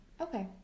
Okay